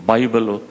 Bible